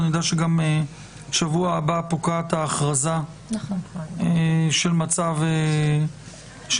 אני יודע שבשבוע הבא פוקעת ההכרזה של מצב הקורונה.